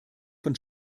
von